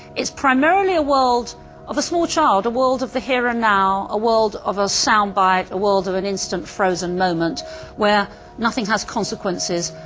it's primarily a world of a small child, a world of the here and now, a world of a sound-bite, a world of an instant frozen moment where nothing has consequences,